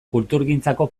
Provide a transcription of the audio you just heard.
kulturgintzako